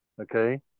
okay